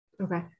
Okay